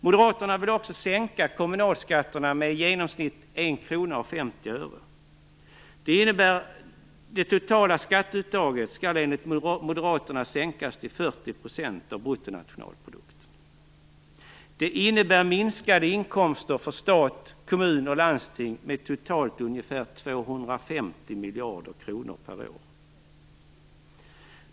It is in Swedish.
Moderaterna vill också sänka kommunalskatten med i genomsnitt 1 kr och 50 öre. Det innebär att det totala skatteuttaget enligt Moderaterna skall sänkas till 40 % av bruttonationalprodukten. Det innebär minskade inkomster för stat, kommuner och landsting med total ungefär 250 miljarder kronor per år.